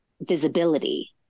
visibility